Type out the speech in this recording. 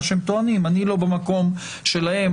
אני לא במקום שלהם.